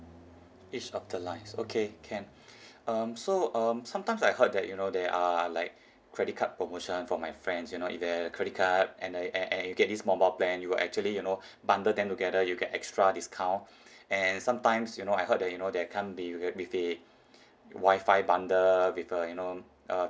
each of the lines okay can um so um sometimes I heard that you know there are like credit card promotion from my friends you know if they have a credit card and then and and you get this mobile plan you will actually you know bundle them together you get extra discount and sometimes you know I heard that you know they come with with a wi-fi bundle with uh you know um